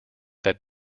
that